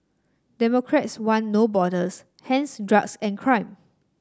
democrats one No Borders hence drugs and crime